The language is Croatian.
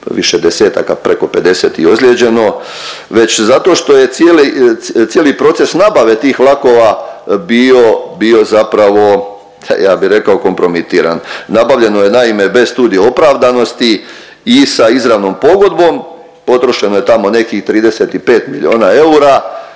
više desetaka, preko 50 je ozlijeđeno već zato što je cijeli proces nabave tih vlakova bio zapravo ha ja bih rekao kompromitiran. Nabavljeno je naime bez studije opravdanosti i sa izravnom pogodbom, potrošeno je tamo nekih 35 milijuna eura.